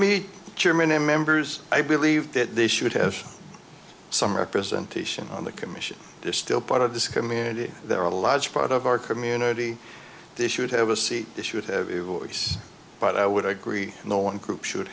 chairman and members i believe that they should have some representation on the commission they're still part of this community they're a large part of our community they should have a seat they should have it worse but i would agree no one group should